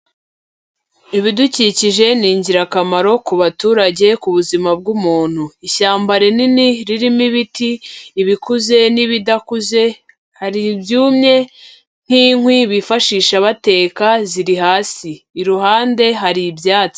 Ibidukikije ni ingirakamaro ku baturage no ku buzima bw’umuntu. Ishyamba rinini ririmo ibiti, ibikuze n’ibidakuze, hari n’ibyumye nk’inkwi bifashishwa bateka ziri hasi, iruhande hari ibyatsi.